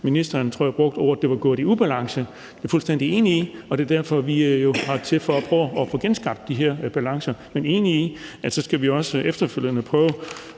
Ministeren tror jeg brugte ordene, at det var gået i ubalance. Det er jeg fuldstændig enig i, og det er derfor, at vi jo har til opgave at prøve at få genskabt de her balancer. Men jeg er enig i, at så skal vi også efterfølgende prøve